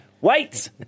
Wait